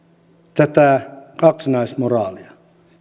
tätä kaksinaismoraalia